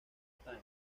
times